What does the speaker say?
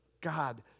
God